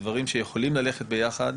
כדברים שיכולים ללכת ביחד,